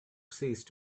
ceased